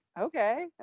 okay